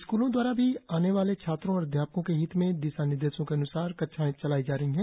स्कूलों दवारा भी आने वाले छात्रों और अध्यापकों के हित में दिशानिर्देशों के अन्सार कक्षाएं चलाई जा रही है